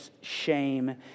shame